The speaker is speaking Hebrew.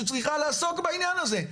שצריכה לעסוק בעניין הזה.